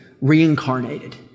reincarnated